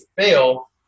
fail